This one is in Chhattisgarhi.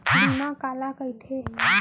बीमा काला कइथे?